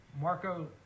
Marco